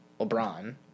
LeBron